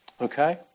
Okay